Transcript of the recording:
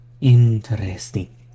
Interesting